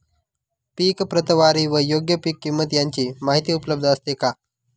पीक प्रतवारी व योग्य पीक किंमत यांची माहिती उपलब्ध असते का?